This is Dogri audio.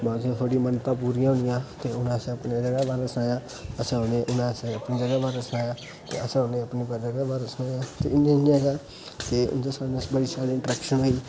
थुआड़ी मनता पुरी औनिया ते उन्नै असेई अपनी जगहा बारै सनाया असे उनै उन्नै असेई अपनी जगहा बारै सनाया ते असे उनेई अपनी जगहा बारै सनाया ते इयां इयां गे ते उंदे कन्नै गे साढ़ी बड़ी सारी इंटरेक्शन होई